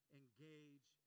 engage